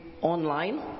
online